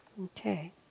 Okay